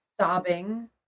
sobbing